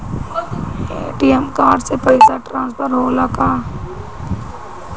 ATM card से पैसा transfer होला का?